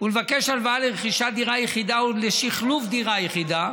ולבקש הלוואה לרכישת דירה יחידה ולשחלוף דירה יחידה